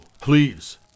please